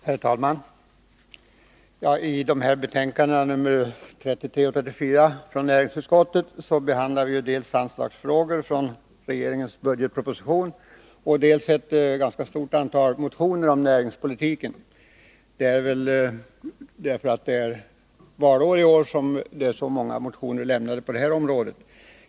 Herr talman! I näringsutskottets betänkanden 33 och 34 behandlas dels anslagsfrågor i regeringens budgetproposition, dels ett ganska stort antal motioner om näringspolitiken. Att så många motioner har väckts i detta fall beror väl på att det är valår i år.